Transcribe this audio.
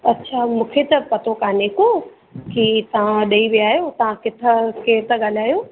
अच्छा मूंखे त पतो कान्हे को की तव्हां ॾेई विया आयो तव्हां किथां केरु था ॻाल्हायो